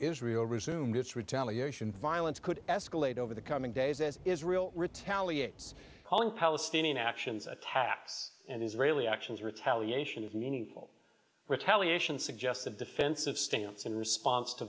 israel resumed its retaliation violence could escalate over the coming days as israel retaliates calling palestinian actions attacks and israeli actions retaliation of meaningful retaliation suggests a defensive stance in response to